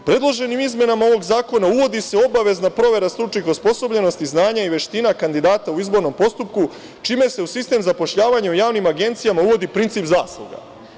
Predloženim izmenama ovog zakona uvodi se obavezna provera stručnih osposobljenosti, znanja i veština kandidata u izbornom postupku, čime se u sistem zapošljavanja u javnim agencijama uvodi princip zasluga.